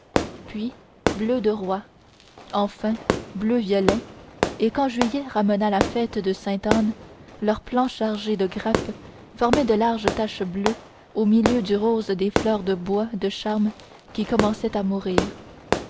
puis bleu de roi enfin bleu violet et quand juillet ramena la fête de sainte anne leurs plants chargés de grappes formaient de larges taches bleues au milieu du rose des fleurs de bois de charme qui commençaient à mourir